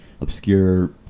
obscure